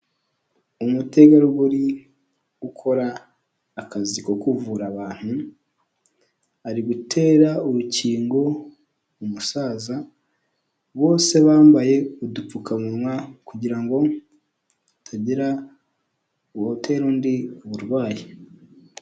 Umutegarugori ukora akazi ko kuvura abantu, ari gutera urukingo umusaza, bose bambaye udupfukamunwa, kugira ngo hatagira uwatera undi uburwayi.